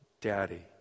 daddy